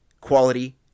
quality